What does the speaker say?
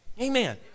Amen